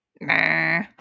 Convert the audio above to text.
nah